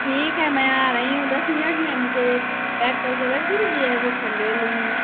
ٹھیک ہے میں آ رہی ہوں دس منٹ میں مجھے پیک کر کے رکھ دیجیے ابھی پھل لے لوں گی